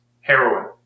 heroin